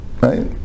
Right